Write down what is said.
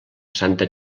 santa